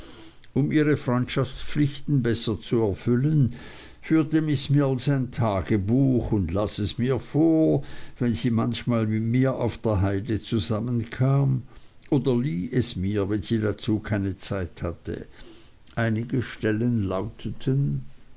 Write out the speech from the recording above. um ihre freundschaftspflichten besser zu erfüllen führte miß mills ein tagebuch und las es mir vor wenn sie manchmal mit mir auf der haide zusammenkam oder lieh es mir wenn sie dazu keine zeit hatte einige stellen lauteten